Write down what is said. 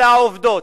אלה העובדות.